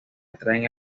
atraen